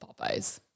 Popeyes